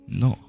no